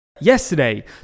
Yesterday